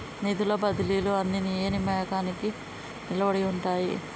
నిధుల బదిలీలు అన్ని ఏ నియామకానికి లోబడి ఉంటాయి?